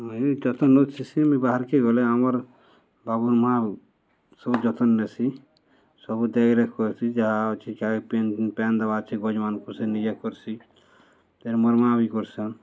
ମୁଇଁ ଯତ୍ନ ନଛିସିମ ବାହାରକେ ଗଲେ ଆମର୍ ବାବୁର୍ ମାଁ ସବୁ ଯତ୍ନ ନେସି ସବୁ ଦେଖରେଖ କରସି ଯାହା ଅଛି ପେନ୍ ପେନ୍ ଦବା ଅଛେ ଗଜମାନଙ୍କୁ ସେ ନିଜେ କର୍ସି ତେ ମରମାଆ ବି କରସନ୍